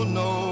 no